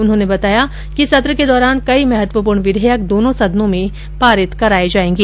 उन्होंने बताया कि सत्र के दौरान कई महत्वपूर्ण विधेयक दोनों सदनों में पारित कराये जायेंगे